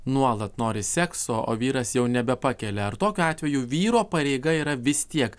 nuolat nori sekso o vyras jau nebepakelia ar tokiu atveju vyro pareiga yra vis tiek